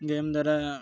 game ଦ୍ୱାରା